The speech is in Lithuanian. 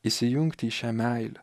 įsijungti į šią meilę